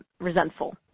resentful